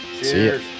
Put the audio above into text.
Cheers